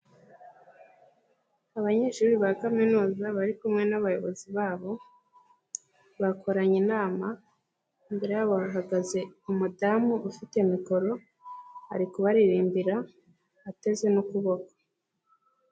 Abanyeshuri ba kaminuza bari kumwe n'abayobozi babo bakoranye inama, imbere yabo hahagaze umudamu ufite mikoro, ari kubaririmbira ateze n'ukuboko.